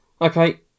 Okay